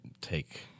take